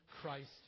Christ